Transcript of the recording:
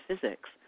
physics